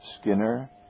Skinner